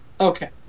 okay